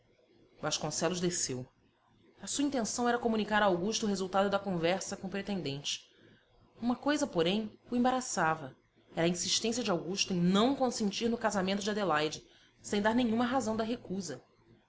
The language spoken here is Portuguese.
vasconcelos desceu a sua intenção era comunicar a augusta o resultado da conversa com o pretendente uma coisa porém o embaraçava era a insistência de augusta em não consentir no casamento de adelaide sem dar nenhuma razão da recusa